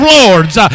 lords